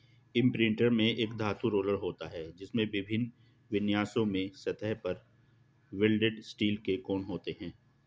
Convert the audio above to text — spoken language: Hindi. इम्प्रिंटर में एक धातु रोलर होता है, जिसमें विभिन्न विन्यासों में सतह पर वेल्डेड स्टील के कोण होते हैं